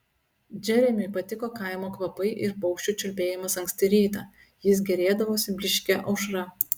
džeremiui patiko kaimo kvapai ir paukščių čiulbėjimas anksti rytą jis gėrėdavosi blyškia aušra